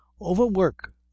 Overwork